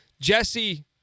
Jesse